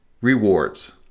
rewards